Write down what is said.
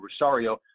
Rosario